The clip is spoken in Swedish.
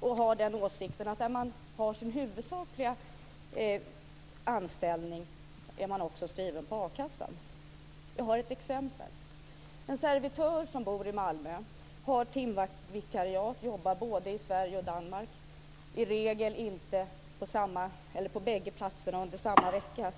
De har den åsikten att man är inskriven i a-kassan där man har sin huvudsakliga anställning. Jag har ett exempel. En servitör som bor i Malmö har timvikariat och jobbar både i Sverige och Danmark men i regel inte på båda platserna under samma vecka.